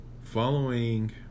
following